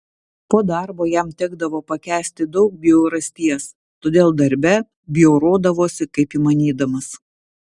po darbo jam tekdavo pakęsti daug bjaurasties todėl darbe bjaurodavosi kaip įmanydamas